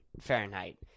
Fahrenheit